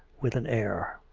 with an air.